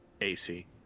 AC